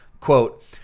Quote